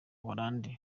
buholandi